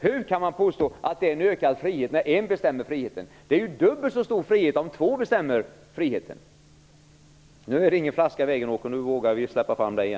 Hur kan man påstå att det är en ökad frihet när en bestämmer friheten? Det är ju dubbelt så stor frihet om två bestämmer friheten. Nu finns det ingen vattenflaska i vägen så nu vågar vi släppa fram Åke